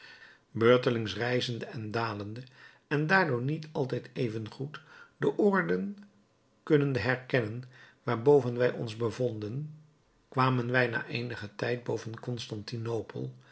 beurtelings rijzende en dalende en daardoor niet altijd even goed de oorden kunnende herkennen waarboven wij ons bevonden kwamen wij na eenigen tijd boven